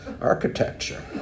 architecture